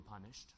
punished